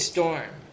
Storm